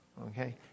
okay